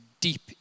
deep